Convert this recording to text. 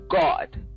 god